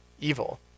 evil